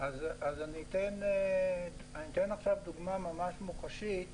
אני אתן דוגמה מוחשית שבגינה,